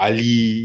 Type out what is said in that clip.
Ali